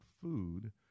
food